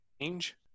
change